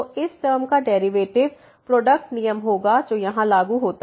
तो इस टर्म का डेरिवेटिव प्रोडक्ट नियम होगा जो यहां लागू होगा